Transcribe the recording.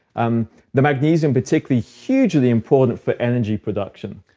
um the magnesium, particularly, hugely important for energy production.